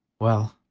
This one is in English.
well,